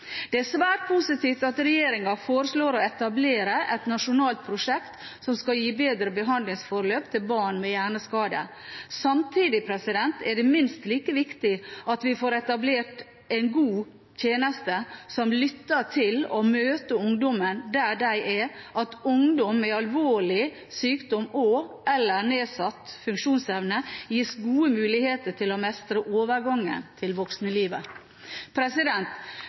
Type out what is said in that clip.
Det er svært positivt at regjeringen foreslår å etablere et nasjonalt prosjekt som skal gi bedre behandlingsforløp til barn med hjerneskade. Samtidig er det minst like viktig at vi får etablert en god tjeneste som lytter til og møter ungdommen der de er, at ungdom med alvorlig sykdom og/eller nedsatt funksjonsevne gis gode muligheter til å mestre overgangen til